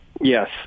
Yes